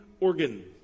organ